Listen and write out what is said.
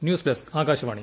news desk Akashvani